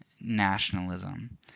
nationalism